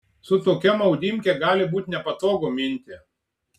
su tokia maudymke gali būt nepatogu minti